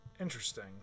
Interesting